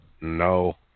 no